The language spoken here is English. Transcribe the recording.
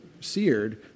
seared